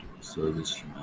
service